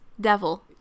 Devil